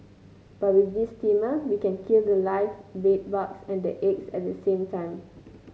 but with this steamer we can kill the live bed bugs and the eggs at the same time